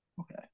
Okay